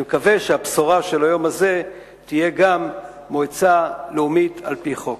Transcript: אני מקווה שהבשורה של היום הזה תהיה גם מועצה לאומית על-פי החוק.